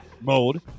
mode